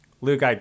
Luke